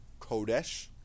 Kodesh